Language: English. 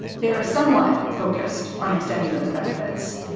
they are somewhat focused on extending those benefits.